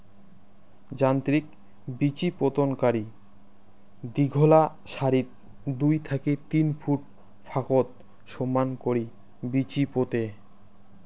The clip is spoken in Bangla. যান্ত্রিক বিচিপোতনকারী দীঘলা সারিত দুই থাকি তিন ফুট ফাকত সমান করি বিচি পোতে